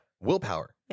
Willpower